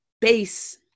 base